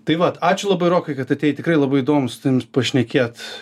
tai vat ačiū labai rokai kad atėjai tikrai labai įdomusu tavim pašnekėt